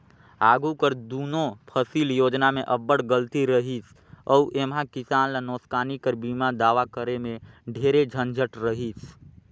आघु कर दुनो फसिल योजना में अब्बड़ गलती रहिस अउ एम्हां किसान ल नोसकानी कर बीमा दावा करे में ढेरे झंझट रहिस